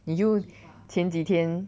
你就前几天